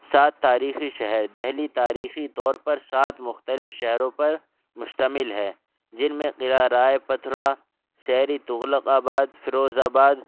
سات تاریخی شہر دہلی تاریخی طور پر سات مختلف شہروں پر مشتمل ہے جن میں قلعہ رائے پتھرا سہری تغلق آباد فیروز آباد